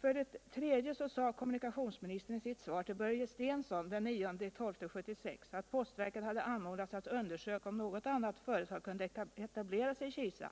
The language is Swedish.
För det tredje sade kommunikationsministern i sitt svar tll Börje Stensson den 9 december 1976 att postverket hade anmoödats undersöka om något annat företag kunde etablera sig i Kisa